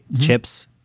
chips